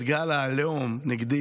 את גל העליהום נגדי